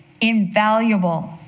invaluable